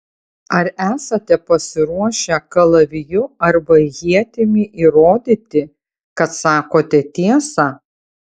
ar esate pasiruošę kalaviju arba ietimi įrodyti kad sakote tiesą